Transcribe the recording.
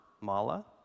Mala